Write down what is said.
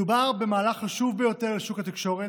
מדובר במהלך חשוב ביותר לשוק התקשורת,